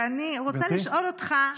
ואני רוצה לשאול אותך,